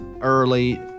early